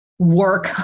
work